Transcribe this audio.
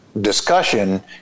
discussion